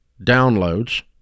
downloads